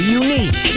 unique